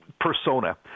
persona